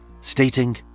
stating